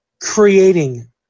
creating